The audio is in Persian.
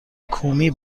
کومی